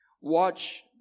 Watch